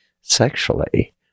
sexually